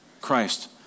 Christ